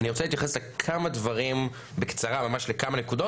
אני רוצה להתייחס לכמה דברים בקצרה ממש לכמה נקודות,